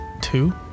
two